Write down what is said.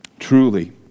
Truly